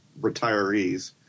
retirees